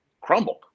crumbled